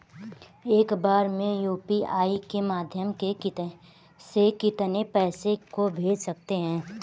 एक बार में यू.पी.आई के माध्यम से कितने पैसे को भेज सकते हैं?